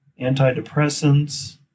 antidepressants